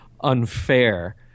unfair